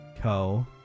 Co